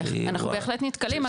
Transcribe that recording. אנחנו בהחלט נתקלים,